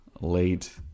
late